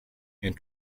and